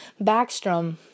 Backstrom